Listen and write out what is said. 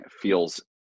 feels